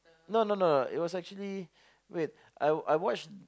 no no no it was actually wait I I watch